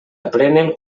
aprenen